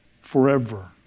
forever